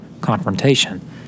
confrontation